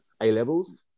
A-levels